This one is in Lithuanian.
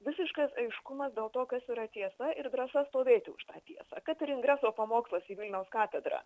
visiškas aiškumas dėl to kas yra tiesa ir drąsa stovėti už tą tiesą kad ir ingreso pamokslas į vilniaus katedrą